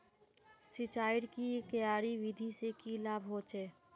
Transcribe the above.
सिंचाईर की क्यारी विधि से की लाभ होचे?